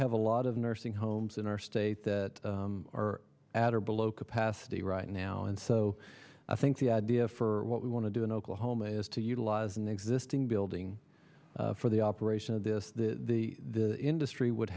have a lot of nursing homes in our state that are at or below capacity right now and so i think the idea for what we want to do in oklahoma is to utilize an existing building for the operation of this the industry would